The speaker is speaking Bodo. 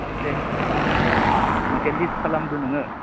ओमफ्राय मोनसे लिस्ट खालामदो नोङो